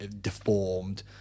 deformed